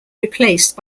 replaced